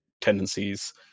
tendencies